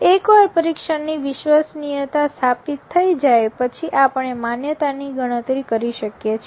એકવાર પરીક્ષણની વિશ્વાસનીયતા સ્થાપિત થઈ જાય પછી આપણે માન્યતા ની ગણતરી કરી શકીએ છીએ